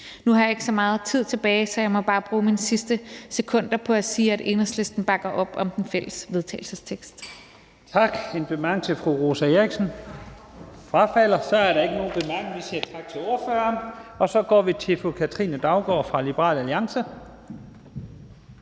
Nu har jeg ikke så meget taletid tilbage, så jeg må bare bruge de sidste sekunder af den på at sige, at Enhedslisten bakker op om den fælles vedtagelsestekst.